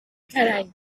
diuen